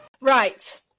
Right